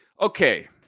Okay